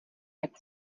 jak